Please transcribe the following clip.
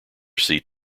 seat